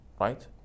right